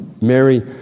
Mary